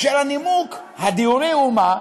והנימוק הדיורי הוא, מה?